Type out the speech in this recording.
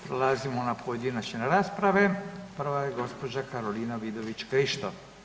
Prelazimo na pojedinačne rasprave, prva je gospođa Karolina Vidović Krišto.